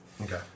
okay